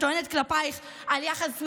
שטוענת כלפייך על יחס מעליב,